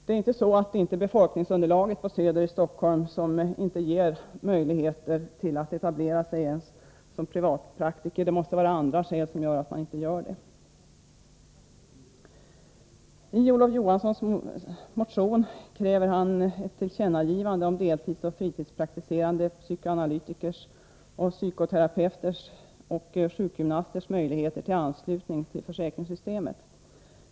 Det är alltså inte befolkningsunderlaget på söder i Stockholm som gör att privatpraktiker inte etablerar sig där i samma utsträckning som i andra storstadsområden — det måste finnas andra skäl härtill. Olof Johansson har i en motion krävt ett tillkännagivande om deltidsoch fritidspraktiserande psykoanalytikers och psykoterapeuters samt sjukgymnasters möjligheter att ansluta sig till försäkringssystemet.